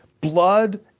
Blood